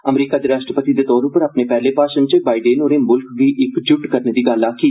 अमरीका दे राश्ट्रपति दे तौर पर अपने पैहले भाषण च बाइडेन होरें मुल्ख गी इक्कजुट करने दी गल्ल आक्खी